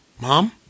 Mom